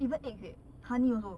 even eggs leh honey also